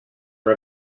are